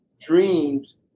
dreams